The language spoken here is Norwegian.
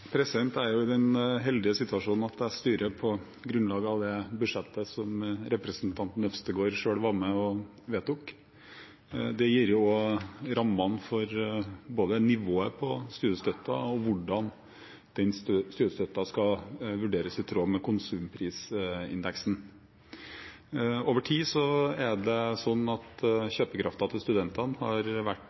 er i den heldige situasjonen at jeg styrer på grunnlag av det budsjettet som representanten Øvstegård selv var med og vedtok. Det gir også rammene for både nivået på studiestøtten og hvordan den studiestøtten skal vurderes i tråd med konsumprisindeksen. Over tid er det sånn at kjøpekraften til studentene har vært